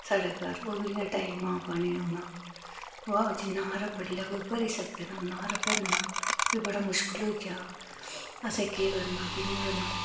साढ़ै घर ओह्बी इ'यां टाईमां पानी औना वा जिन्ना हारा बड्डलै कोई भरी सकै ते उन्ना हारा भरना फ्ही बड़ा मुशकल होई गेआ असैं केह् करना कियां करना